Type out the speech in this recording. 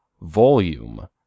volume